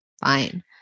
Fine